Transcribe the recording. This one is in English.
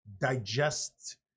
digest